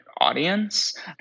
audience